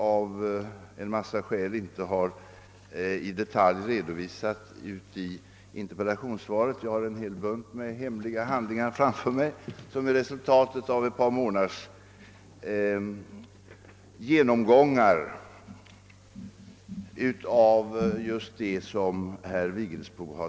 Av en mängd skäl har jag inte i detalj redovisat resultaten av denna i svaret — jag har framför mig en hel bunt med hemliga handlingar som är resultatet av ett par månaders genomgång av detta ärende.